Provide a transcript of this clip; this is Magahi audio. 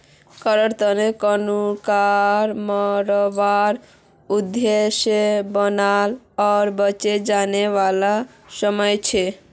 कृंतक कृन्तकक मारवार उद्देश्य से बनाल आर बेचे जाने वाला रसायन छे